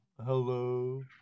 Hello